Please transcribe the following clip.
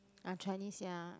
I Chinese ya